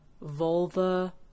vulva